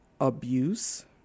abuse